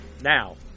Now